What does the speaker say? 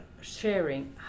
sharing